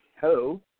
hello